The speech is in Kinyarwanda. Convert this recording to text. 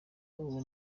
uwo